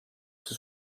see